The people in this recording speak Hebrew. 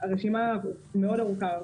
הרשימה מאוד ארוכה.